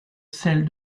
celle